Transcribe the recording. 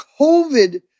COVID